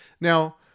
Now